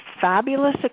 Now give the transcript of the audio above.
fabulous